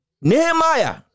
Nehemiah